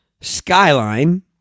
Skyline